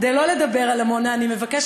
כדי לא לדבר על עמונה, אני מבקשת